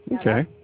Okay